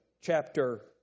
chapter